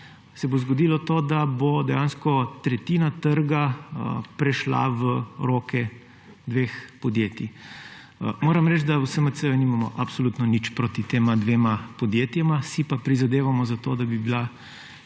se bo zgodilo to, da bo dejansko tretjina trga prešla v roke dveh podjetij. Moram reči, da v SMC nimamo absolutno nič proti tema dvema podjetjema, si pa prizadevamo za to, da bi bila